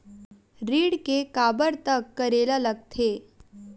ऋण के काबर तक करेला लगथे?